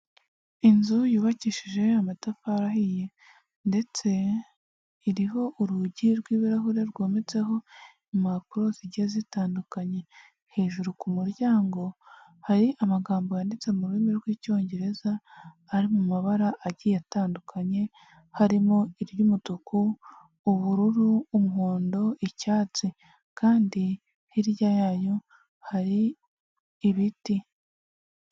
Inzu yubakishijeho amatafari ahiye, ndetse iriho urugi rw'ibirahure rwometseho impapuro zijya zitandukanye, hejuru ku muryango hari amagambo yanditse mu rurimi rw'icyongereza ari mu mabara agiye atandukanye, harimo iry'umutuku, ubururu, umuhondo, icyatsi kandi hirya yayo hari ibiti.